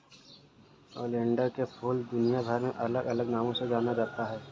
oleander के फूल दुनियाभर में अलग अलग नामों से जाना जाता है